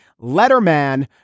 Letterman